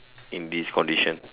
in this condition